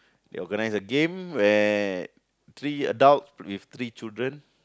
they organise a game where three adult with three children